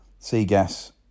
Seagas